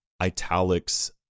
italics